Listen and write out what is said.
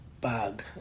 bug